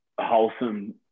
wholesome